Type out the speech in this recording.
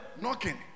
Knocking